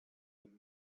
him